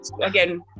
again